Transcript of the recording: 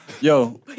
Yo